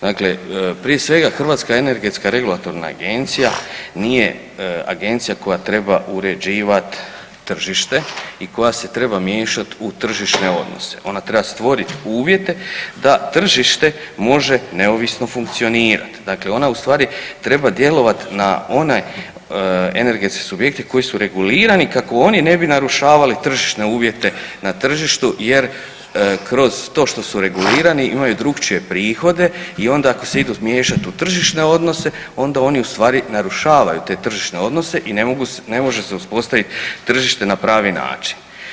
Dakle, prije svega HERA nije agencija koja treba uređivat tržište i koja se treba miješat u tržišne odnose, ona treba stvorit uvjete da tržište može neovisno funkcionirat, dakle ona u stvari treba djelovat na one energetske subjekte koji su regulirani kako oni ne bi narušavali tržišne uvjete na tržištu jer kroz to što su regulirani imaju drukčije prihode i onda ako se idu miješat u tržišne odnose onda oni u stvari narušavaju te tržišne odnose i ne može se uspostavit tržište na pravi način.